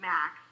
Max